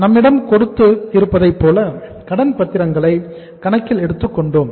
நம்மிடம் கொடுத்து இருப்பதைப்போல கடன் பத்திரங்களை கணக்கில் எடுத்துக்கொண்டோம்